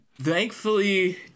Thankfully